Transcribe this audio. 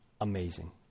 amazing